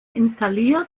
installiert